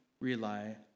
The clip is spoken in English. rely